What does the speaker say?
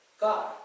God